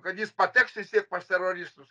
kad jis pateks vis tiek pas teroristus